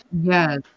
Yes